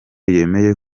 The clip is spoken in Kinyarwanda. yemeye